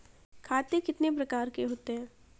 खाते कितने प्रकार के होते हैं?